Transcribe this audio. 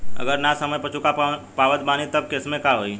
अगर ना समय पर चुका पावत बानी तब के केसमे का होई?